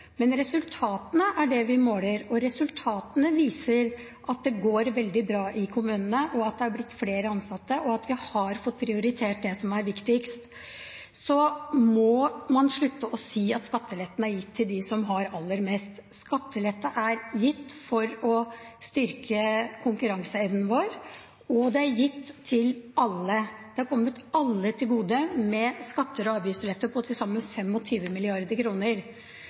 Men det er resultatene vi måler, og resultatene viser at det går veldig bra i kommunene, at det er blitt flere ansatte, og at vi har fått prioritert det som er viktigst. Så må man slutte å si at skattelettene er gitt til dem som har aller mest. Skattelette er gitt for å styrke konkurranseevnen vår, og det er gitt til alle. Det har kommet alle til gode, med skatte- og avgiftsletter på til sammen